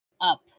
up